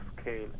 scale